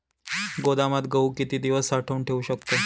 गोदामात गहू किती दिवस साठवून ठेवू शकतो?